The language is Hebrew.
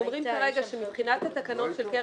אנחנו אומרים כרגע שמבחינת התקנות של קרן